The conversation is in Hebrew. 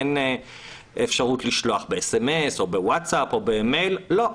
אין אפשרות לשלוח בוואטסאפ או במסרון או במייל לא,